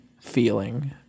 feeling